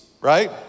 right